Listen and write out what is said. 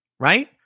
Right